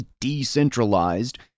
decentralized